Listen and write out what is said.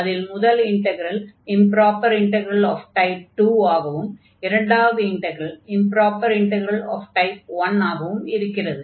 அதில் முதல் integral improper integral of type 2 ஆகவும் இரண்டவது integral improper integral of type 1 ஆகவும் இருக்கிறது